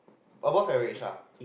but both friend rich lah